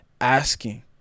asking